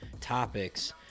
topics